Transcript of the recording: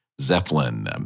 Zeppelin